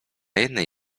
jednej